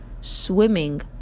swimming